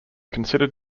considered